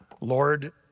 Lord